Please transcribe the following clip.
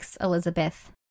Elizabeth